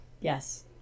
yes